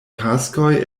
taskoj